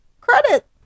Credit